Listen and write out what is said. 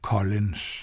Collins